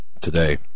today